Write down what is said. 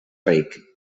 ric